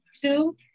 two